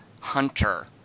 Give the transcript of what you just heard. Hunter